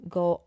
go